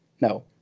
No